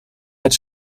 het